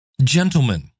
gentlemen